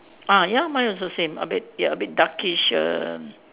ah ya mine also same a bit ya a bit darkish err